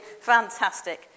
Fantastic